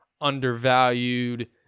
undervalued